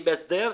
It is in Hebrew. עם הסדר.